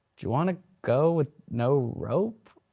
do you wanna go with no rope?